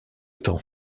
temps